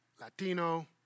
Latino